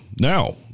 now